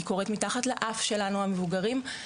היא קורית מתחת לאף שלנו המבוגרים.